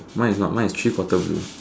mine is not mine is three quarter view